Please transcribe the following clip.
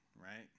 right